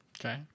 Okay